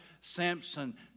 Samson